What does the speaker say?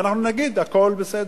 ואנחנו נגיד שהכול בסדר.